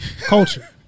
culture